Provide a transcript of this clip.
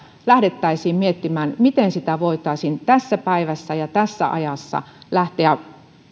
lähdettäisiin miettimään miten sitä voitaisiin tässä päivässä ja tässä ajassa lähteä